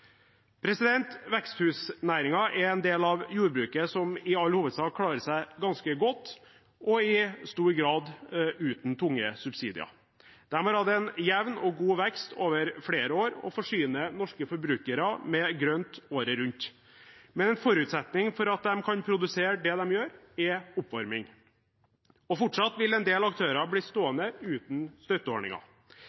er en del av jordbruket som i all hovedsak klarer seg ganske godt og i stor grad uten tunge subsidier. De har hatt en jevn og god vekst over flere år og forsyner norske forbrukere med grønt året rundt. Men en forutsetning for at de kan produsere det de gjør, er oppvarming, og fortsatt vil en del aktører bli